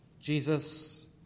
Jesus